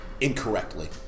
incorrectly